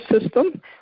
system